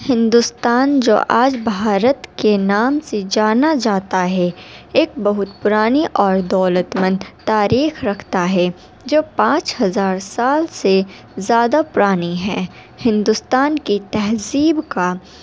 ہندوستان جو آج بھارت کے نام سے جانا جاتا ہے ایک بہت پرانی اور دولت مند تاریخ رکھتا ہے جو پانچ ہزار سال سے زیادہ پرانی ہے ہندوستان کی تہذیب کا